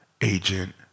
agent